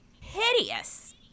hideous